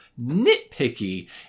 nitpicky